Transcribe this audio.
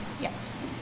Yes